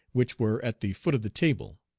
which were at the foot of the table.